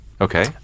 Okay